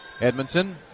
Edmondson